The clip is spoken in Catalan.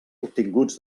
obtinguts